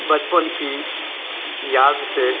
बचपन की याद से